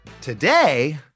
Today